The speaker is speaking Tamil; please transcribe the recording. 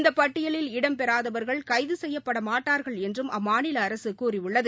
இந்த பட்டியலில் இடம்பெறாதவர்கள் கைது செய்யப்படமாட்டார்கள் என்றும் அம்மாநில அரசு கூறியுள்ளது